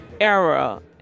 era